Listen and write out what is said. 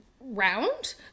Round